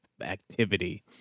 activity